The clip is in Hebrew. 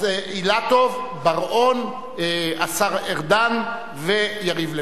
אז אילטוב, בר-און, השר ארדן ויריב לוין.